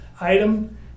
item